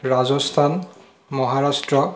Rajasthan Maharashtra